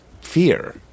fear